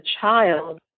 child